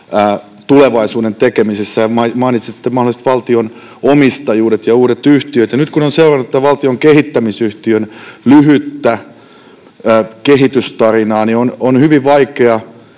tulevaisuuden tekemisessä, ja mainitsitte mahdolliset valtion omistajuudet ja uudet yhtiöt, ja nyt kun on seurannut tätä valtion kehittämisyhtiön lyhyttä kehitystarinaa, niin on hyvin vaikea